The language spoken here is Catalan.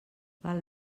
val